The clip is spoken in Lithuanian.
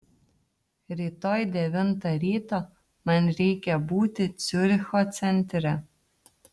rytoj devintą ryto man reikia būti ciuricho centre